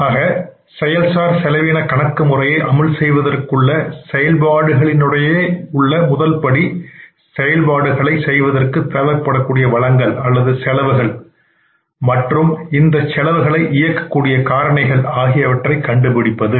ஆக செயல்சார் செலவின கணக்கு முறையை அமல் செய்வதற்காக உள்ள செயல்பாடுகளினுடைய முதல் படி செயல்பாடுகளை செய்வதற்கு தேவைப்படக்கூடிய வளங்கள் அல்லது செலவுகள் மற்றும் இந்த செலவுகளை இயக்கக்கூடிய காரணிகள் ஆகியவற்றை கண்டுபிடிப்பது